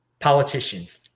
politicians